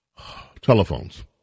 Telephones